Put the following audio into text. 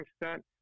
extent